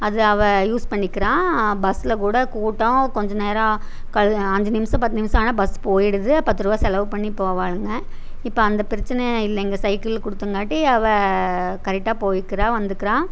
அதை அவள் யூஸ் பண்ணிக்கிறா பஸில் கூட கூட்டம் கொஞ்ச நேரம் அஞ்சு நிமிடம் பத்து நிமிடம் ஆனால் பஸ் போயிடுது பத்துரூபா செலவு பண்ணி போவாளுங்க இப்போ அந்த பிரச்சனை இல்லைங்க சைக்கிள் கொடுத்தங்காட்டி அவள் கரெக்டாக போயிக்கிறாள் வந்துக்கிறாள்